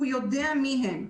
הוא יודע מי הם.